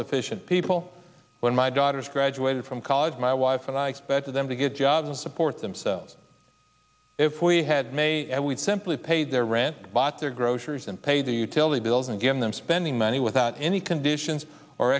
sufficient people when my daughters graduated from college my wife and i expected them to get jobs support themselves if we had made we simply paid their rent bought their groceries and paid the utility bills and gave them spending money without any conditions or